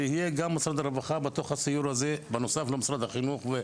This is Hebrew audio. שיהיה גם משרד הרווחה בתוך הסיור הזה בנוסף למשרד החינוך,